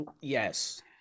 yes